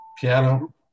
piano